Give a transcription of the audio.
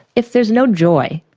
if there's no joy,